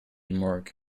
morgue